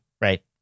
right